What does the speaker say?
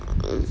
mm